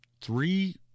Three